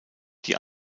die